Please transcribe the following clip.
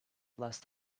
last